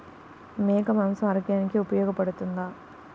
మేక మాంసం ఆరోగ్యానికి ఉపయోగపడుతుందా?